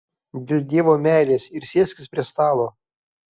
dėl dievo meilės ir sėskis prie stalo